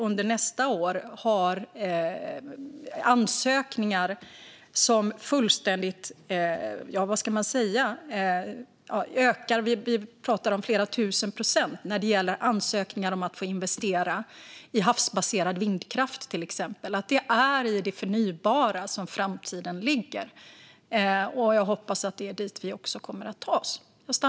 Under nästa år har vi ansökningar som - hur ska man säga? - ökar otroligt mycket, med flera tusen procent, när det gäller att få investera i till exempel havsbaserad vindkraft. Det är i det förnybara som framtiden ligger. Jag hoppas att det också är dit vi kommer att ta oss.